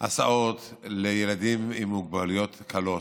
הסעות לילדים עם מוגבלויות קלות,